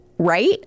Right